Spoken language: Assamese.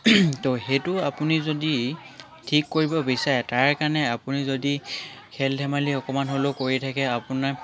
তো সেইটো আপুনি যদি ঠিক কৰিব বিচাৰে তাৰে কাৰণে আপুনি যদি খেল ধেমালি অকণমান হ'লেও কৰি থাকে আপোনাৰ